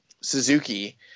Suzuki